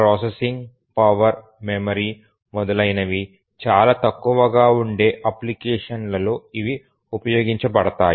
processing power memory మొదలైనవి చాలా తక్కువగా ఉండే అప్లికేషన్ లలో ఇవి ఉపయోగించబడతాయి